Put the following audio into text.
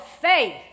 faith